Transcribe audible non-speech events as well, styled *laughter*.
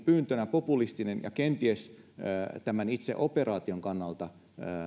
*unintelligible* pyyntönä populistinen ja kenties tämän itse operaation kannalta